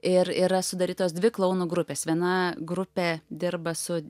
ir yra sudarytos dvi klounų grupės viena grupė dirba su